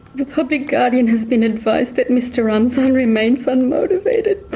the public guardian has been advised that mr ramzan remains unmotivated,